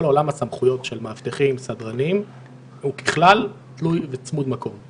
עולם הסמכויות של מאבטחים וסדרנים הוא ככלל תלוי וצמוד מקום.